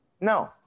no